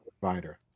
provider